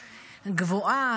גבוהה,